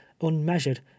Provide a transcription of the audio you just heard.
unmeasured